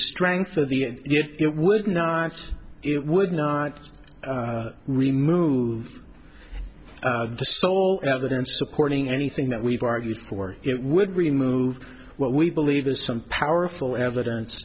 strength of the it would not it would not remove the sole evidence supporting anything that we've argued for it would remove what we believe is some powerful evidence